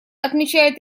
отмечает